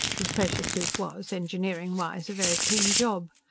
his pressure suit was, engineering-wise, a very clean job.